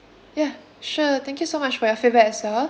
ya sure thank you so much for your feedback as well